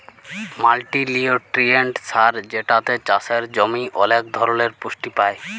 multinutrient সার যেটাতে চাসের জমি ওলেক ধরলের পুষ্টি পায়